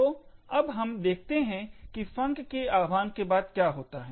तो अब हम देखते हैं कि func के आह्वान के बाद क्या होता है